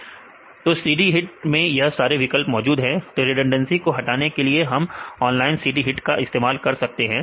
तो cd hit मैं यह सारे विकल्प मौजूद हैं तो रिडंडेंसी को हटाने के लिए हम ऑनलाइन cd hit का इस्तेमाल कर सकते हैं